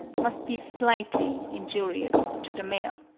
must be slightly injurious to the male.